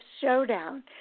Showdown